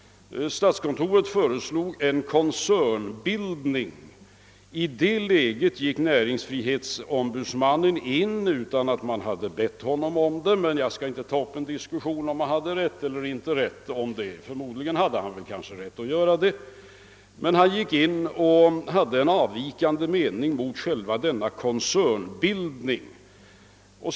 Statskontoret föreslog nämligen en koncernbildning. I det läget gick näringsfrihetsombudsmannen in utan att man hade bett honom om det — jag skall inte ta upp någon diskussion om huruvida han hade rätt att göra det eller inte; förmodligen hade han det — och anmälde en avvikande mening beträffande själva koncernbild ningen.